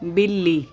بلی